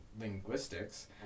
linguistics